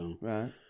Right